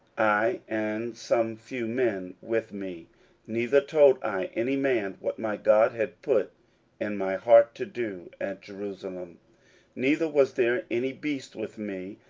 i and some few men with me neither told i any man what my god had put in my heart to do at jerusalem neither was there any beast with me,